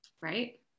Right